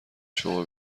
شما